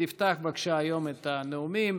תפתח בבקשה היום את הנאומים.